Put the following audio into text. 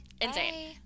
Insane